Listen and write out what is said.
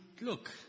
look